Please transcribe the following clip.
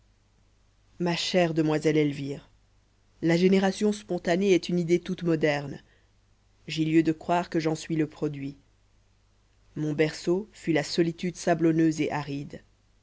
ma chère demoiselle elvire la génération spontanée est une idée toute moderne j'ai lieu de croire que j'en suis le produit mon berceau fut la solitude sablonneuse et aride